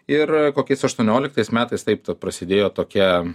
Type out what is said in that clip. ir a kokiais aštuonioliktais metais taip to prasidėjo tokia